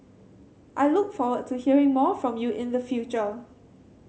I look forward to hearing more from you in the future